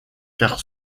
car